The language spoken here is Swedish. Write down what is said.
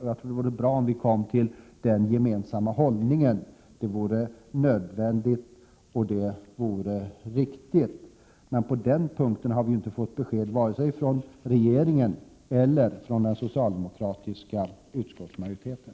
Jag tror det vore bra om vi gemensamt intog den hållningen — det är nödvändigt och riktigt. Men på den punkten har vi inte fått besked vare sig från regeringen eller från den socialdemokratiska utskottsmajoriteten.